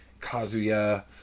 Kazuya